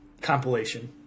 compilation